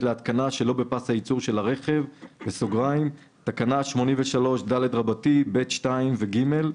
להתקנה שלא בפס הייצור של הרכב (תקנה 83ד (ב)(2) ו-(ג))"